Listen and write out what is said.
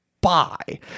buy